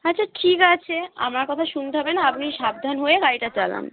আচ্ছা ঠিক আছে আমার কথা শুনতে হবে না আপনি সাবধান হয়ে গাড়িটা চালান